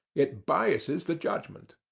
it biases the judgment.